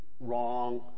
Wrong